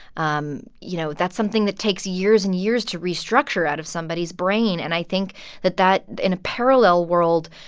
um you know, that's something that takes years and years to restructure out of somebody's brain. and i think that that in a parallel world,